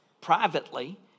privately